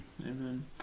amen